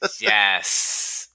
Yes